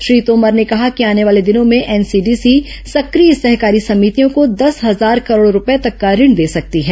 श्री तोमर ने कहा कि आने वाले दिनों में एनसीडीसी सक्रिय सहकारी सभितियों को दस हजार करोड़ रूपये तक का ऋण दे सकती है